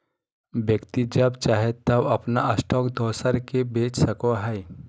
व्यक्ति जब चाहे तब अपन स्टॉक दोसर के बेच सको हइ